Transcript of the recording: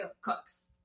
cooks